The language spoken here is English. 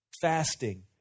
fasting